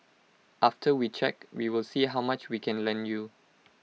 after we check we will see how much we can lend you